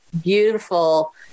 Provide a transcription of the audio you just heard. beautiful